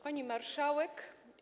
Pani Marszałek!